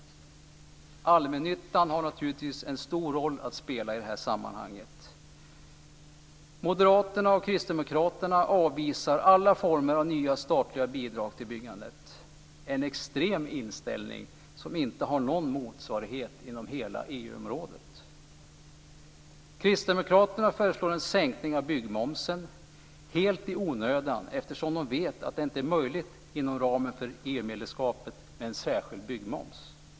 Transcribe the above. Allmännyttan har naturligtvis en stor roll att spela i det här sammanhanget. Moderaterna och Kristdemokraterna avvisar alla former av nya statliga bidrag till byggandet. Det är en extrem inställning som inte har någon motsvarighet inom hela EU-området. Kristdemokraterna föreslår en sänkning av byggmomsen. Det är helt i onödan, eftersom de vet att en särskild byggmoms inte är möjlig inom ramen för EU-medlemskapet.